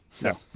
No